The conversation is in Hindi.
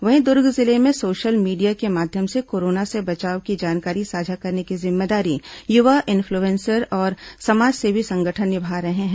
वहीं दुर्ग जिले में सोशल मीडिया के माध्यम से कोरोना से बचाव की जानकारी साझा करने की जिम्मेदारी युवा इनफ्लुएंसर और समाजसेवी संगठन निभा रहे हैं